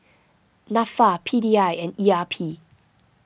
Nafa P D I and E R P